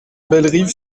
bellerive